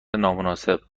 نامناسب